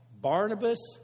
Barnabas